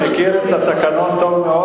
מכיר את התקנון טוב מאוד.